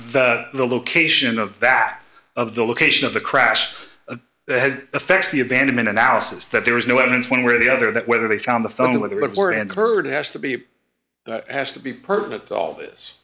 the location of that of the location of the crash affects the abandonment analysis that there is no evidence one way or the other that whether they found the phone with the report and heard it has to be has to be perfect all this